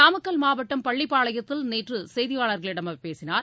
நாமக்கல் மாவட்டம் பள்ளிப்பாளையத்தில் நேற்றுசெய்தியாளர்களிடம் அவர் பேசினார்